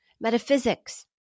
metaphysics